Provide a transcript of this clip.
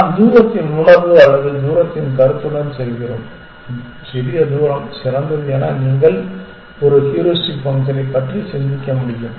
நாம் தூரத்தின் உணர்வு அல்லது தூரத்தின் கருத்துடன் செல்கிறோம் சிறிய தூரம் சிறந்தது என நீங்கள் ஒரு ஹூரிஸ்டிக் ஃபங்க்ஷனைப் பற்றி சிந்திக்க முடியும்